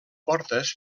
portes